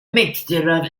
mixture